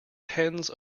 tens